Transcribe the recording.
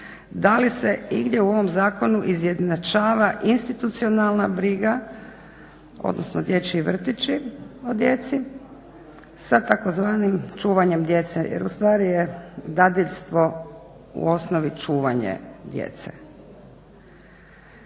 da li se igdje u ovom zakonu izjednačava institucionalna briga, odnosno dječji vrtići o djeci sa tzv. čuvanjem djece jer ustvari je dadiljstvo u osnovi čuvanje djece.